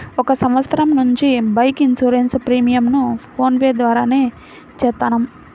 ఒక సంవత్సరం నుంచి బైక్ ఇన్సూరెన్స్ ప్రీమియంను ఫోన్ పే ద్వారానే చేత్తన్నాం